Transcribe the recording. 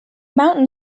mountain